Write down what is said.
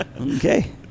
Okay